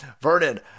Vernon